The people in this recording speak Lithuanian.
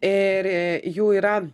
ir jų yra